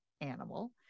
animal